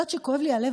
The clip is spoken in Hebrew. את יודעת, כואב לי הלב.